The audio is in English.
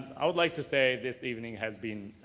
i would like to say, this evening has been,